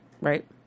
Right